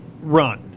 run